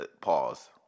Pause